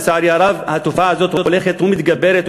לצערי הרב התופעה הזאת הולכת ומתגברת,